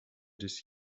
this